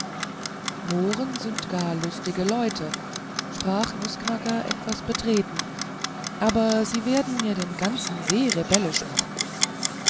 mohren sind gar lustige leute sprach nußknacker etwas betreten aber sie werden mir den ganzen see rebellisch machen